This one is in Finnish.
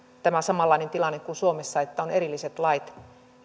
tämä samanlainen tilanne kuin suomessa että on erilliset lait